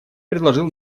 предложил